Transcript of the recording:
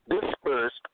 dispersed